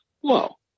Whoa